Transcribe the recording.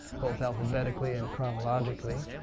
both alphabetically and chronologically.